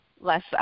less